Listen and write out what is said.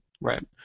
Right